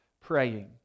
praying